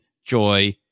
Joy